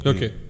Okay